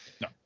No